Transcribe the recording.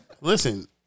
Listen